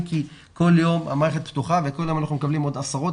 כי כל יום המערכת פתוחה וכל יום אנחנו מקבלים עוד עשרות,